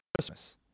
Christmas